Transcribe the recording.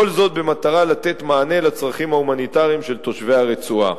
כל זאת במטרה לתת מענה לצרכים ההומניטריים של תושבי הרצועה.